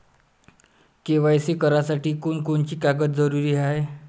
KYC करासाठी कोनची कोनची कागद जरुरी हाय?